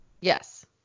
Yes